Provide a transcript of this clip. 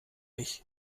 ich